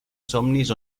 somnis